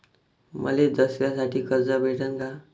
मले दसऱ्यासाठी कर्ज भेटन का?